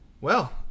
Well